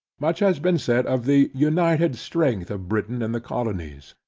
much hath been said of the united strength of britain and the colonies,